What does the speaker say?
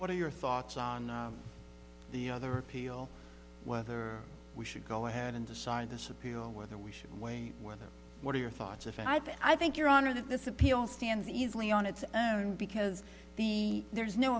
what are your thoughts on the other appeal whether we should go ahead and decide this appeal whether we should weigh whether what are your thoughts of five i think your honor that this appeal stands easily on its own because the there is no